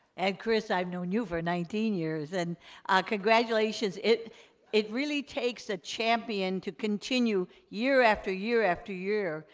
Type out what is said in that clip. and karissa, i've known you for nineteen years. and congratulations. it it really takes a champion to continue year after year, after year,